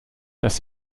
dass